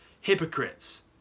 hypocrites